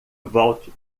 volte